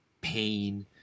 pain